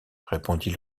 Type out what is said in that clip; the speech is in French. répondit